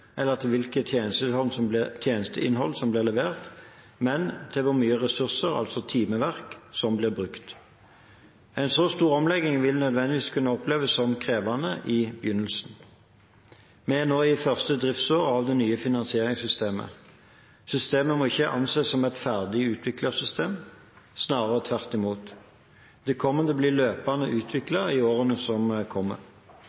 eller til hvilket tjenesteinnhold som har blitt levert, men til hvor mye ressurser – timeverk – som ble brukt. En så stor omlegging vil nødvendigvis kunne oppleves som krevende i begynnelsen. Vi er nå i det første driftsåret av det nye finansieringssystemet. Systemet må ikke anses som et ferdig utviklet system, snarere tvert imot. Det kommer til å bli løpende